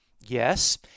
Yes